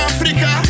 Africa